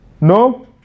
No